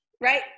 right